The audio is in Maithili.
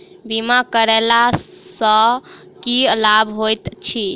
बीमा करैला सअ की लाभ होइत छी?